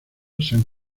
san